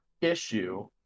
issue